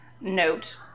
note